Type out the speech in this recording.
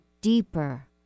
deeper